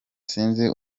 sinzi